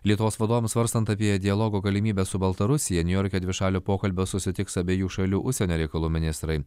lietuvos vadovams svarstant apie dialogo galimybę su baltarusija niujorke dvišalio pokalbio susitiks abiejų šalių užsienio reikalų ministrai